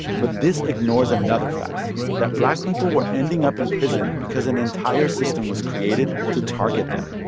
but this ignores another fact that black people were ending up in prison because an entire system was created to target them,